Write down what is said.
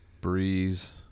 Breeze